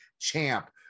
champ